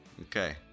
Okay